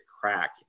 crack